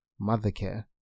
Mothercare